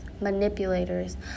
manipulators